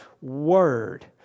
word